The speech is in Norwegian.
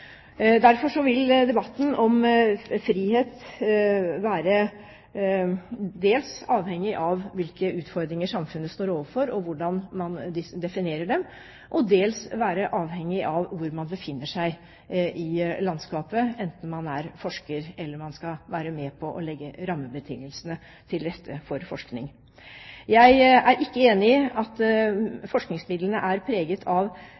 vil debatten om frihet dels være avhengig av hvilke utfordringer samfunnet står overfor, og hvordan man definerer dem, og dels være avhengig av hvor man befinner seg i landskapet, enten man er forsker eller man skal være med på å legge rammebetingelsene til rette for forskning. Jeg er ikke enig i at forskningsmidlene er preget av